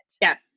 Yes